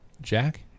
Jack